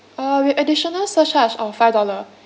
uh with additional surcharge of five dollar